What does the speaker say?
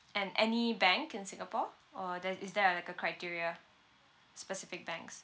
and any bank in singapore or there's is there like a criteria specific banks